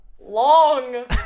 Long